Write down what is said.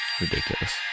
ridiculous